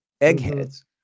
eggheads